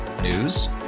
News